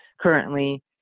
currently